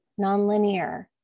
nonlinear